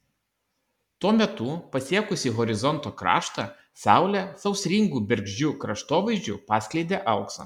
tuo metu pasiekusi horizonto kraštą saulė sausringu bergždžiu kraštovaizdžiu paskleidė auksą